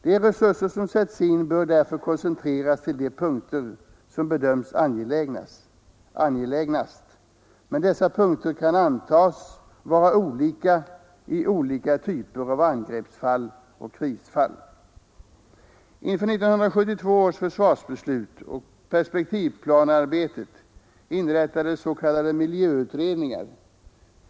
De resurser som sätts in bör därför koncentreras till de punkter som bedöms vara angelägnast, men dessa punkter kan antas vara olika i olika typer av angreppsfall och krisfall. Inför 1972 års försvarsbeslut och perspektivplanearbetet inrättades s.k. miljöutredningar.